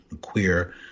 queer